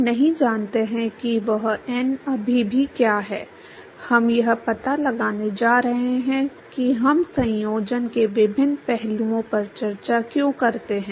हम नहीं जानते कि वह n अभी भी क्या है हम यह पता लगाने जा रहे हैं कि हम संयोजन के विभिन्न पहलुओं पर चर्चा क्यों करते हैं